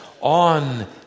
on